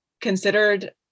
considered